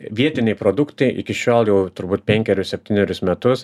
vietiniai produktai iki šiol jau turbūt penkerius septynerius metus